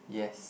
yes